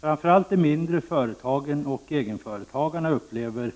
Framför allt de mindre företagen och egenföretagarna upplever